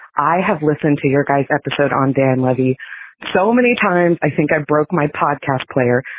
i have listened to your guys episode on dan levy so many times. i think i broke my podcast player,